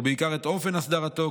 ובעיקר את אופן הסדרתו,